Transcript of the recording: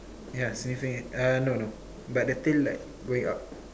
yeah sniffing it uh no no but the tail like going up